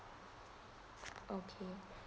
okay